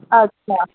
अच्छा